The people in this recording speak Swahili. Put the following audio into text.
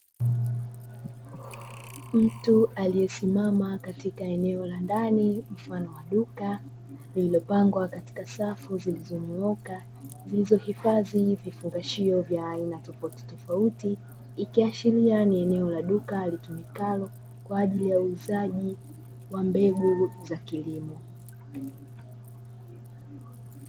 Mtu aliyesimama katika eneo la ndani mfano wa duka lililopangwa katika safu zilizonyooka, zilizohifadhi vifungashio vya aina tofautitofauti ikiashiria ni eneo la duka litumikalo kwa ajili ya uuzaji wa mbegu za kilimo.